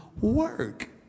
Work